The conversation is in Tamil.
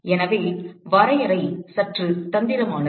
எனவே வரையறை சற்று தந்திரமானது